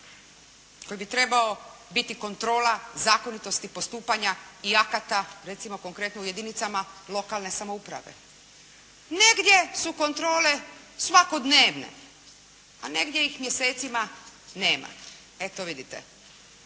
koji bi trebao biti kontrola zakonitosti postupanja i akata recimo konkretno u jedinicama lokalne samouprave. Negdje su kontrole svakodnevne a negdje ih mjesecima nema. Eto vidite.